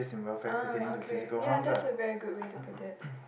uh okay ya that's a very good way to put it